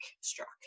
struck